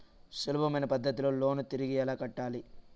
సులభమైన పద్ధతిలో లోను తిరిగి ఎలా కట్టాలి